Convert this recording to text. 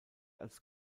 als